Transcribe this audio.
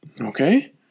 Okay